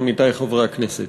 עמיתי חברי הכנסת,